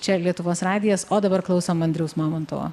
čia lietuvos radijas o dabar klausom andriaus mamontovo